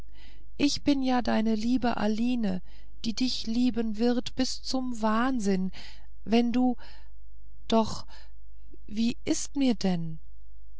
ich bin ja deine aline die dich lieben wird bis zum wahnsinn wenn du doch wie ist mir denn